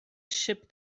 ship